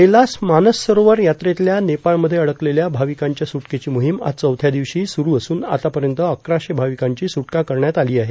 Kailas Mansarovar यात्रेतल्या नेपाळमध्ये अडकलेल्या भाविकांच्या सुट्केची मोहीम आज चौथ्या दिवशीही सुरू असून आतापर्यंत अकराशे भाविकांची सुटका करण्यात आली आहे